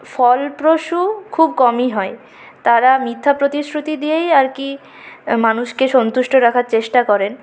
ফলপ্রসূ খুব কমই হয় তারা মিথ্যা প্রতিশ্রুতি দিয়েই আর কি মানুষকে সন্তুষ্ট রাখার চেষ্টা করেন